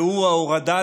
והוא ההורדה,